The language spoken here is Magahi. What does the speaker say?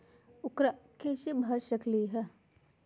ऊकरा कैसे भर सकीले?